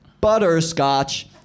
Butterscotch